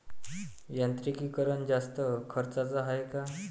यांत्रिकीकरण जास्त खर्चाचं हाये का?